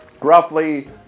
roughly